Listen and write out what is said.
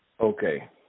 okay